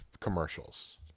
commercials